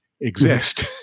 exist